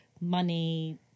money